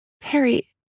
Perry